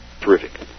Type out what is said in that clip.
terrific